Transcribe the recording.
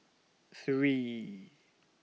three